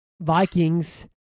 Vikings